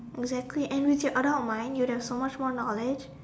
exactly and which you doubt mine you got so much more knowledge